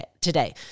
today